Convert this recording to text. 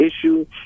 issue